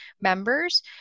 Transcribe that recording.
members